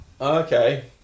Okay